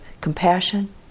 compassion